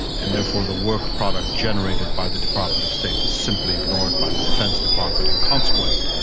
and therefore the work product generated by the department of state was simply ignored by the defence department. in consequence,